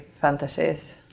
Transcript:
fantasies